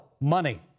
money